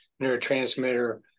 neurotransmitter